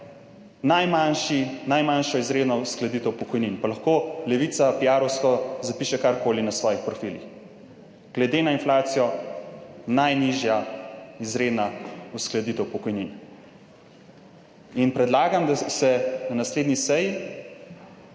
najmanjšo izredno uskladitev pokojnin, pa lahko Levica piarovsko zapiše karkoli na svojih profilih, glede na inflacijo najnižja izredna uskladitev pokojnin. Predlagam, da se na naslednji seji